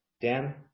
Dan